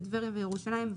טבריה וירושלים,